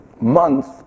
month